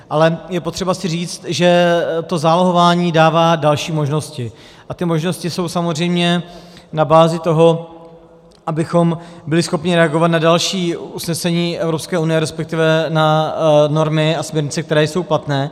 Ale je potřeba si říct, že to zálohování dává další možnosti, a ty možnosti jsou samozřejmě na bázi toho, abychom byli schopni reagovat na další usnesení EU, resp. na normy a směrnice, které jsou platné.